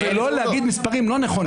ולא להגיד מספרים לא נכונים.